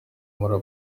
muri